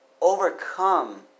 overcome